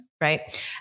right